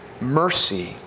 Mercy